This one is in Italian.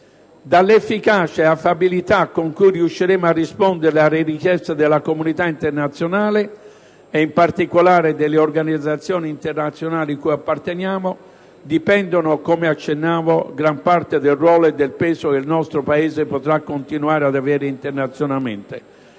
Dall'efficacia e affabilità con cui riusciremo a rispondere alle richieste della comunità internazionale, e in particolare delle organizzazioni internazionali cui apparteniamo, dipendono, come accennavamo, gran parte del ruolo e del peso che il nostro Paese potrà continuare ad avere internazionalmente.